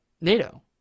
NATO